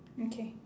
okay